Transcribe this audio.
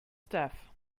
staff